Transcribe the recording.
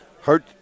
hurt